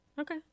Okay